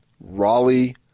Raleigh